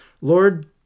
Lord